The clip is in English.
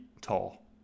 tall